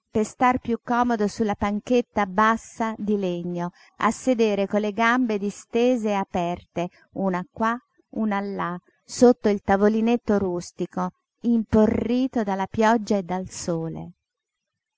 per star piú comodo su la panchetta bassa di legno a sedere con le gambe distese e aperte una qua una là sotto il tavolinetto rustico imporrito dalla pioggia e dal sole